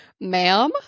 ma'am